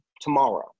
tomorrow